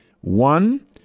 One